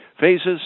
phases